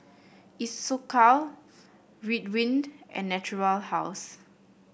Isocal Ridwind and Natura House